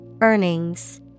Earnings